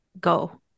go